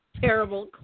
terrible